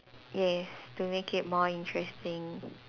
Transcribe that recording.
yes to make it more interesting